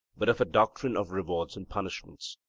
but of a doctrine of rewards and punishments.